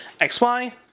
XY